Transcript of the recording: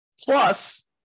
Plus